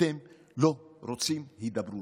אתם לא רוצים הידברות.